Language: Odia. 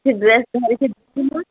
କିଛି ଡ୍ରେସ୍ ଧରିକି ଯିବି ନା